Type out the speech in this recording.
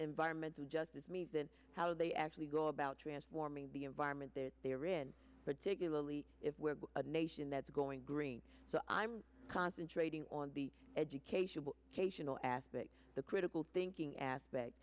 environmental justice means and how they actually go about transforming the environment that they are in particularly if a nation that's going green so i'm concentrating on the education k tional aspect the critical thinking aspect